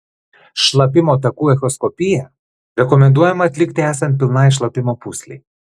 šlapimo takų echoskopiją rekomenduojama atlikti esant pilnai šlapimo pūslei